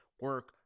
Work